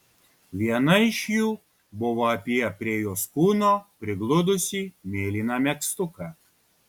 viena iš jų buvo apie prie jos kūno prigludusį mėlyną megztuką